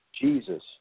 Jesus